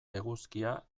eguzkia